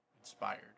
inspired